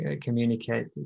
communicate